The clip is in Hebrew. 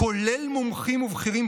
כולל מומחים ובכירים,